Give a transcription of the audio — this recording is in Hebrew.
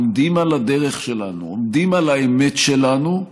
עומדים על הדרך שלנו, עומדים על האמת שלנו,